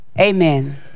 amen